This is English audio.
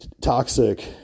toxic